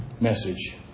message